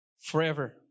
forever